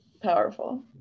Powerful